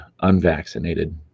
unvaccinated